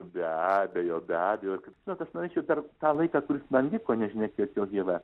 be abejo be abejo ir kaip žinot aš norėčiau per tą laiką kuris man liko nežinia kiek jo yra